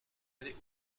aller